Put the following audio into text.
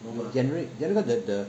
generate general the the